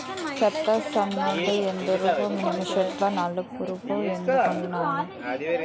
సేత్తో సల్లడం ఎందుకురా మిసన్లతో సల్లు పురుగు మందులన్నీ